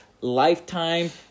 Lifetime